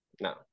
No